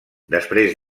després